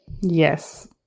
Yes